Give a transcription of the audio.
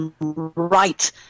Right